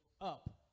up